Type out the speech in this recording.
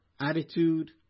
Attitude